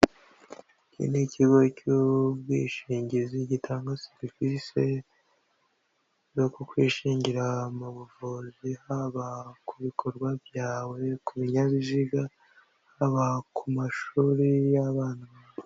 Iki ni ikigo cy'ubwishingizi gitanga serivisi zo kukwishingira mu buvuzi haba ku bikorwa byawe ku binyabiziga, haba ku mashuri y'abana bawe.